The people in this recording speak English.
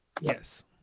Yes